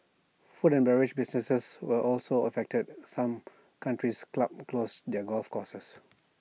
food and beverage businesses were also affected some country's clubs closed their golf courses